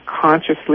consciously